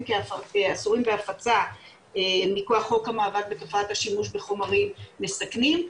כאסורים בהפצה מכוח חוק המאבק בתופעת השימוש בחומרים מסכנים.